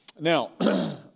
Now